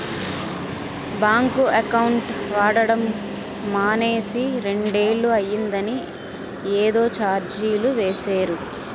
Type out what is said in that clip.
bank account వాడడం మానేసి రెండేళ్ళు అయిందని ఏదో చార్జీలు వేసేరు